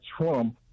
Trump